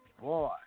Boy